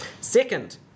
Second